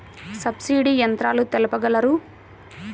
Subsidy యంత్రాలు తెలుపగలరు?